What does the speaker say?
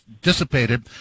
dissipated